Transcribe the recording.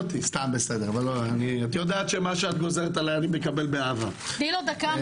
תראו, זה לא סוד שיש לי קשר מאוד